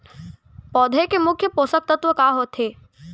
पौधे के मुख्य पोसक तत्व का होथे?